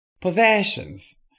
possessions